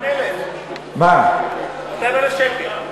ב-200,000 שקל?